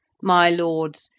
my lords,